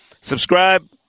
Subscribe